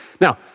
Now